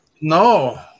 No